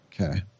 Okay